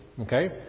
Okay